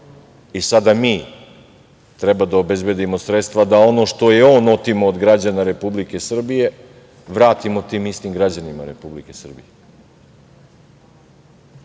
I sada mi treba da obezbedimo sredstva da ono što je on otimao od građana Republike Srbije, vratimo tim istim građanima Republike Srbije. To